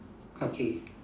okay